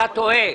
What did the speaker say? אתה טועה.